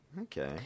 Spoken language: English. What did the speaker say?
Okay